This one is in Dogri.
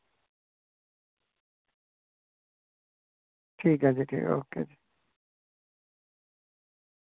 ठीक ऐ फिर ओके जी